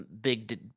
Big